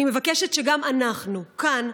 אני מבקשת שגם אנחנו כאן,